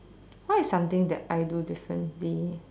what is something that I do differently